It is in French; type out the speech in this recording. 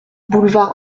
boulevard